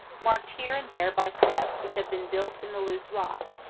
marked here and there by steps which have been built in the loose rock,